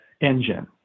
engine